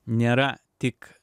nėra tik